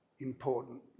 Important